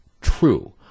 true